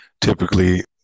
typically